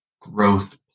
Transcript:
growth